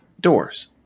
doors